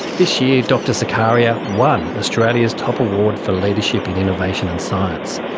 this year dr sukkarieh ah won australia's top award for leadership in innovation and science,